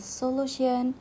solution